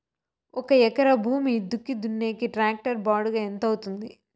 ఒక ఎకరా భూమి దుక్కి దున్నేకి టాక్టర్ బాడుగ ఎంత అవుతుంది?